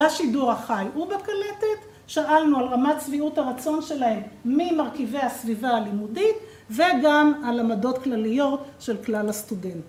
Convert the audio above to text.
‫בשידור החי ובקלטת, ‫שאלנו על רמת שביעות הרצון שלהם ‫ממרכיבי הסביבה הלימודית, ‫וגם על למדות כלליות של כלל הסטודנטים.